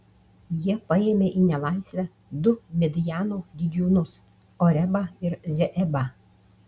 jie paėmė į nelaisvę du midjano didžiūnus orebą ir zeebą